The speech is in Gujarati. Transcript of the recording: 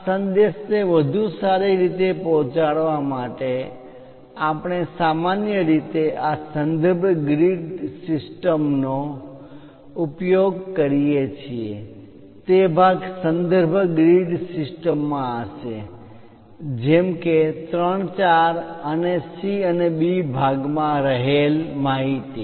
આ સંદેશને વધુ સારી રીતે પહોંચાડવા માટે આપણે સામાન્ય રીતે આ સંદર્ભ ગ્રીડ સિસ્ટમ નો ઉપયોગ કરીએ છીએ તે ભાગ સંદર્ભ ગ્રીડ સિસ્ટમ માં હશે જેમ કે 3 4 અને C અને B ભાગમાં રહેલ માહિતી